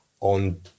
On